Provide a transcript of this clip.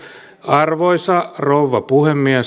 arvoisa rouva puhemies